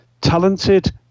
talented